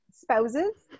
spouses